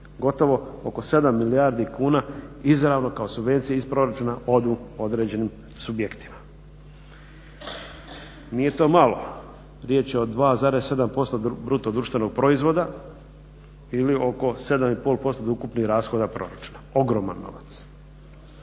gotovo oko 7 milijardi kuna izravno kao subvencije iz proračuna odu određenim subjektima. Nije to malo. Riječ je o 2,7% bruto društvenog proizvoda ili oko 7 i pol posto ukupnih rashoda proračuna, ogroman novac.